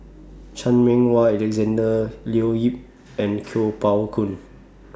Chan Meng Wah Alexander Leo Yip and Kuo Pao Kun